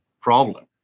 problem